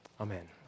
Amen